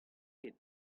ket